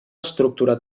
estructura